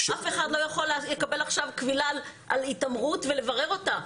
אף אחד לא יכול לקבל עכשיו קבילה על התעמרות ולברר אותה.